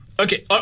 okay